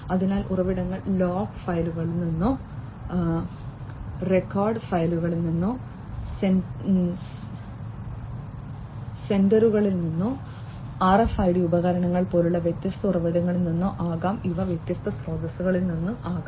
അതിനാൽ ഉറവിടങ്ങൾ ലോഗ് ഫയലുകളിൽ നിന്നോ റെക്കോർഡ് ഫയലുകളിൽ നിന്നോ സെൻസറുകളിൽ നിന്നോ RFID ഉപകരണങ്ങൾ പോലെയുള്ള വ്യത്യസ്ത ഉറവിടങ്ങളിൽ നിന്നോ ആകാം ഇവ വ്യത്യസ്ത സ്രോതസ്സുകളിൽ നിന്നാകാം